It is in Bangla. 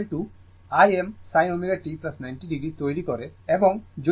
কারণ sin 90 o ω t cos ω t numerator এবং ডেনোমিনেটর 2 দ্বারা গুণ করুন